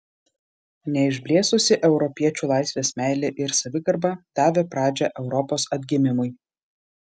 neišblėsusi europiečių laisvės meilė ir savigarba davė pradžią europos atgimimui